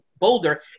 boulder